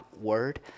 word